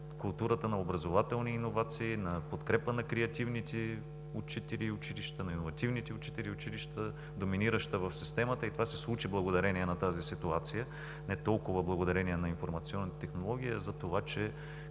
културата на образователните иновации, на подкрепа на креативните учители и училища, на иновативните учители и училища, доминираща в системата. И това се случи благодарение на тази ситуация, а не толкова благодарение на информационните технологии. Затова,